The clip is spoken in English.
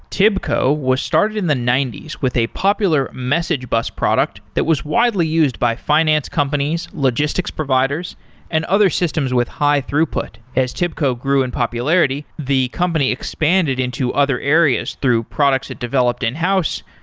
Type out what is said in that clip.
tibco was started in the ninety s with a popular message bus product that was widely used by finance companies, logistics providers and other systems with high throughput. as tibco grew in popularity, the company expanded into other areas through products that developed in-house,